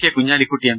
K Kunhalikutty M